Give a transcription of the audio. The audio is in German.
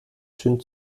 schön